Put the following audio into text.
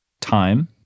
time